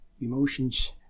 emotions